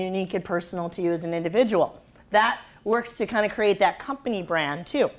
unique it personal to you as an individual that works to kind of create that company brand to